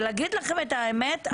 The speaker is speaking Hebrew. להגיד לכם את האמת?